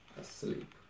asleep